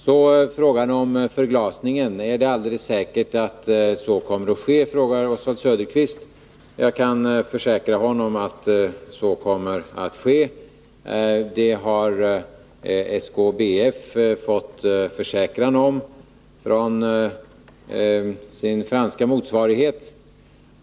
Så frågan om förglasningen. Är det alldeles säkert att förglasning kommer att ske? frågar Oswald Söderqvist. Ja, jag kan försäkra att så blir fallet. Det har SKBF fått försäkran om från sin franska motsvarighet.